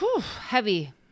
Heavy